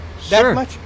Sure